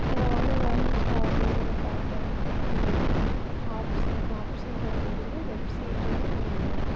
அது ஆடர் ஆணுச்சா அப்படின்றத பார்க்க வந்ட்டு ஆப்ஸ் ஆப்ஸ்ன்ற ஒரு இதுலையும் வெப்சைட்டும்